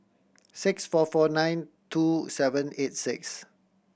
six four four nine two seven eight six